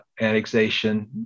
annexation